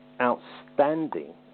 outstanding